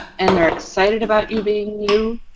and they're excited about you being new,